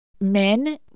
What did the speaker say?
Men